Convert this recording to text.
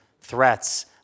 threats